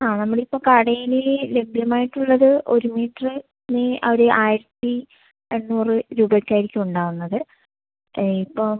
ആ നമ്മൾ ഇപ്പോൾ കടയില് ലഭ്യമായിട്ടുള്ളത് ഒരു മീറ്ററിന് അവിടെ ആയിരത്തി എണ്ണൂറ് രൂപക്കായിരിക്കും ഉണ്ടാവുന്നത് ഇപ്പം